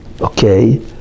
okay